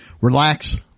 relax